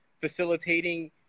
facilitating